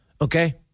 Okay